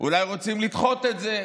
אולי רוצים לדחות את זה.